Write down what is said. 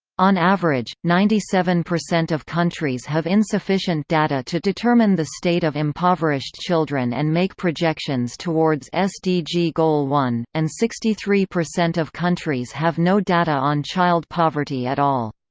on average, ninety seven percent of countries have insufficient data to determine the state of impoverished children and make projections towards sdg goal one, and sixty three percent of countries have no data on child poverty at all.